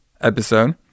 episode